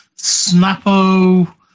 Snappo